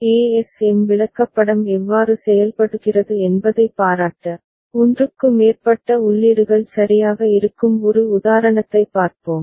ASM விளக்கப்படம் எவ்வாறு செயல்படுகிறது என்பதைப் பாராட்ட ஒன்றுக்கு மேற்பட்ட உள்ளீடுகள் சரியாக இருக்கும் ஒரு உதாரணத்தைப் பார்ப்போம்